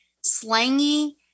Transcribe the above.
slangy